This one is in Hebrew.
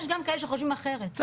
יש גם כאלה שחושבים אחרת,